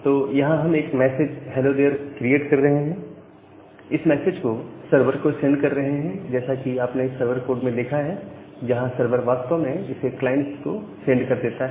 तो यहां हम एक मैसेज " हैलो देयर " क्रिएट कर रहे हैं और इस मैसेज को सर्वर को सेंड कर रहे हैं जैसा कि आपने सर्वर कोड में देखा है जहां सर्वर वास्तव में इसे क्लाइंट को सेंड कर देता है